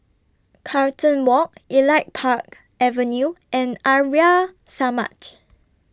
Carlton Walk Elite Park Avenue and Arya Samaj